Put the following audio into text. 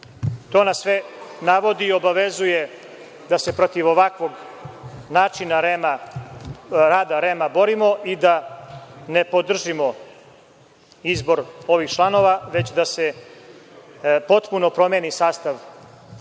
To nas sve navodi i obavezuje da se protiv ovakvog načina rada REM-a borimo i da ne podržimo izbor ovih članova, već da se potpuno promeni sastav ovog